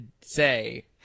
say